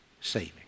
saving